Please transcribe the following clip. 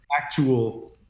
Actual